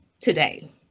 today